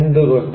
എന്തുകൊണ്ട്